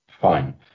fine